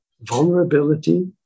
vulnerability